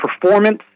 performance